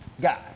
guy